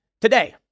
today